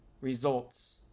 results